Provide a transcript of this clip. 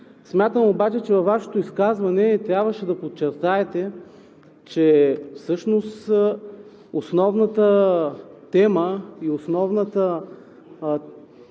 Смятам обаче, че във Вашето изказване трябваше да подчертаете, че всъщност основният въпрос днес